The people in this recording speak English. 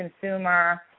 consumer